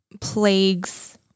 plagues